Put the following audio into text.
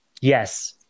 Yes